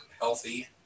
healthy